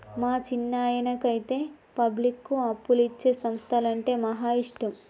మా చిన్నాయనకైతే పబ్లిక్కు అప్పులిచ్చే సంస్థలంటే మహా ఇష్టం